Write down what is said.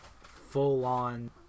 full-on